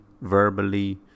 verbally